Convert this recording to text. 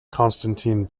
constantin